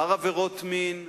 או עבר עבירות מין,